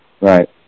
Right